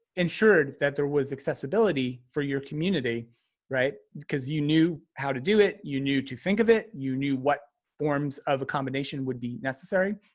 ensured that there was accessibility for your community right, because you knew how to do it, you knew to think of it, you knew what forms of a combination would be necessary.